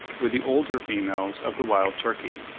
with the older females of the wild turkey.